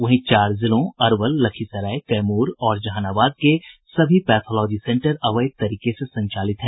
वहीं चार जिलों अरवल लखीसराय कैमूर और जहानाबाद के सभी पैथोलॉजी सेंटर अवैध तरीके से संचालित हैं